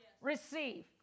receive